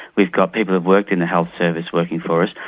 we've got people who've worked in the health service working for us.